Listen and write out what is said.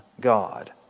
God